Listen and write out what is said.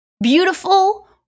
beautiful